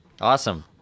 awesome